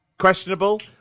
Questionable